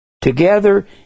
together